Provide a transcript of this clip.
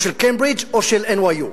של קיימברידג' או של NYU,